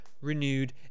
renewed